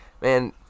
man